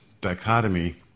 dichotomy